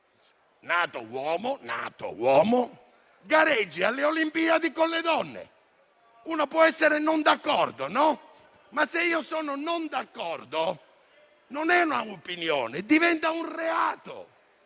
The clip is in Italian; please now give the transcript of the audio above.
nato uomo - gareggi alle Olimpiadi con le donne. Uno può non essere d'accordo; ma, se io non sono d'accordo, non è un'opinione, diventa un reato.